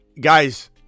guys